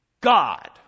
God